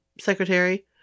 secretary